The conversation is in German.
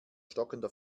stockender